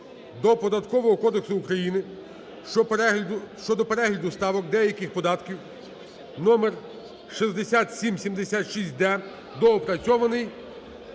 до Податкового кодексу України щодо перегляду ставок деяких податків (№6776-д) (доопрацьований)